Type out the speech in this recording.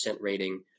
rating